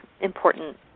important